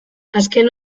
azken